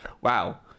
wow